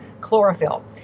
chlorophyll